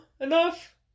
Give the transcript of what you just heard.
enough